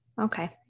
Okay